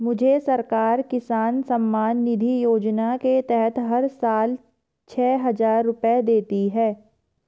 मुझे सरकार किसान सम्मान निधि योजना के तहत हर साल छह हज़ार रुपए देती है